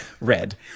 Red